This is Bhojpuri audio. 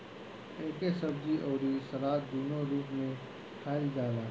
एके सब्जी अउरी सलाद दूनो रूप में खाईल जाला